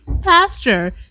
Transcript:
pasture